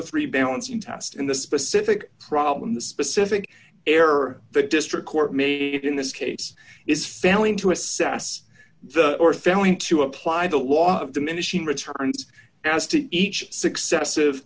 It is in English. three balancing test in the specific problem the specific error the district court made it in this case is failing to assess the or failing to apply the law of diminishing returns as to each successive